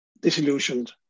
disillusioned